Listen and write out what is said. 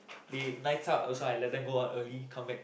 they nights out I also let them go out early come back